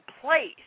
place